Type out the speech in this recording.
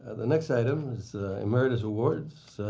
the next item is emeritus awards,